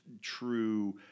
true